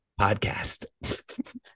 podcast